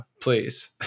please